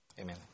Amen